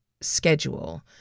schedule